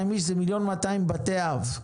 אלף אנשים שאלה מיליון ו-200 אלף בתי אב.